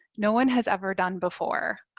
no one has ever done before.